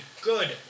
Good